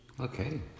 Okay